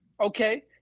Okay